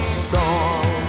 storm